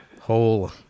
whole